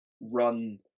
run